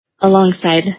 alongside